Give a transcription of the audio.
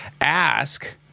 Ask